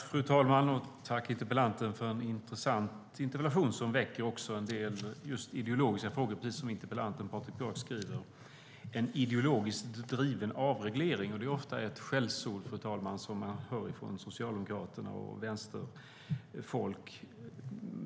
Fru talman! Tack, interpellanten, för en intressant interpellation! Den väcker en del djupt ideologiska frågor, precis som interpellanten Patrik Björck skriver: "en ideologiskt driven avreglering". Det är ofta ett skällsord, fru talman, som man hör från Socialdemokraterna och vänsterfolk.